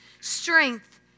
strength